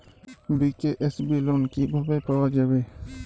BKSB loan কিভাবে পাওয়া যাবে?